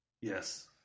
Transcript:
Yes